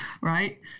Right